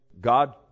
god